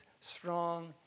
strong